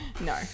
No